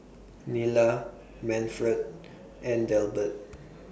Nila Manford and Delbert